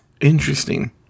Interesting